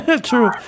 True